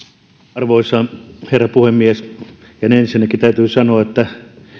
arvoisa herra puhemies ihan ensinnäkin täytyy sanoa että